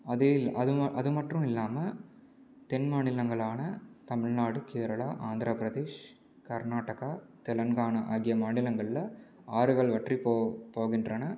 அதே அது ம அது அது மற்றும் இல்லாமல் தென் மாநிலங்களான தமிழ்நாடு கேரளா ஆந்திரப்பிரதேஷ் கர்நாடகா தெலுங்கானா ஆகிய மாநிலங்களில் ஆறுகள் வற்றி போ போகின்றன